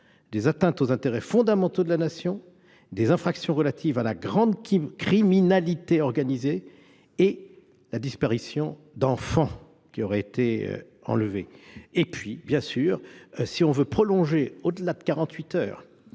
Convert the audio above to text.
des atteintes aux intérêts fondamentaux de la nation, des infractions relatives à la grande criminalité organisée et la disparition d'enfants qui auraient été enlevés. Bien sûr, si l'on veut prolonger au-delà de